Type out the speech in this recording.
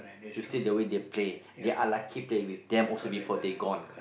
you see the way they're play they are lucky play with dam also before they gone